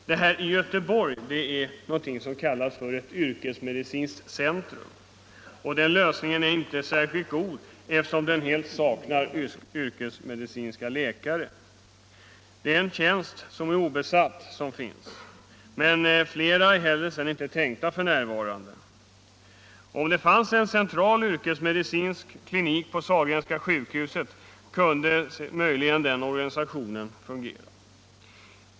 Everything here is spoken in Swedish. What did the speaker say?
I Göteborg har man något som kallas för yrkesmedicinskt centrum. Den lösningen är inte särskilt bra, eftersom man där helt saknar yrkesmedicinska läkare. Det finns bara en obesatt tjänst, och flera är inte tänkta f. n. Om det fanns en central yrkesmedicinsk klinik vid Sahlgrenska sjukhuset kunde den organisationen möjligen fungera.